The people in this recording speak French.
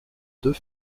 deux